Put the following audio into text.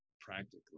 practically